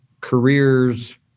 careers